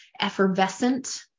effervescent